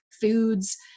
foods